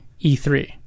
e3